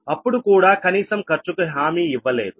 అప్పుడు కూడా కనీసం ఖర్చుకు హామీ ఇవ్వలేదు